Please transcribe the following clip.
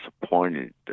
disappointed